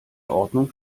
ordnung